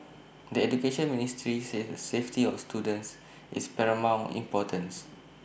the Education Ministry says the safety of students is paramount importance